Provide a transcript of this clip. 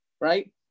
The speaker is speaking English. right